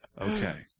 okay